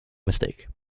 mistake